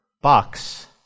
box